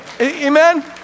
Amen